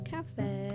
Cafe